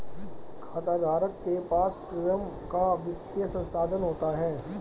खाताधारक के पास स्वंय का वित्तीय संसाधन होता है